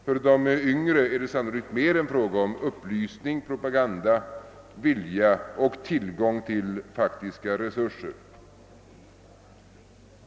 När det gäller de yngre är det sannolikt mer en fråga om upplysning, propaganda och vilja än en fråga om tillgång till faktiska resurser.